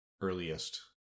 earliest